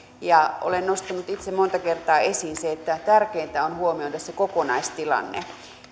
olen nostanut itse monta kertaa esiin sen että tärkeintä on huomioida se kokonaistilanne